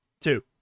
Two